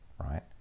right